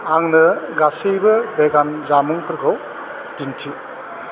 आंनो गासैबो भेगान जामुंफोरखौ दिन्थि